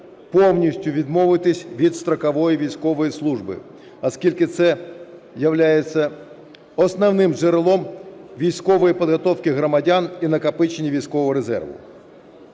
повністю відмовитись від строкової військової служби, оскільки це являється основним джерелом військової підготовки громадян і накопичення військового резерву.